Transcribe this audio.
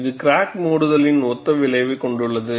இது கிராக் மூடுதலின் ஒத்த விளைவைக் கொண்டுள்ளது